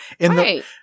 Right